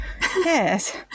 yes